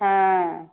ହଁ